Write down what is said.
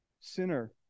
Sinner